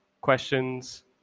questions